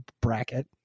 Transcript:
bracket